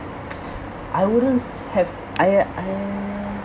I wouldn't s~ have !aiya! I